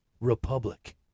republic